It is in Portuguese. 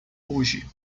hoje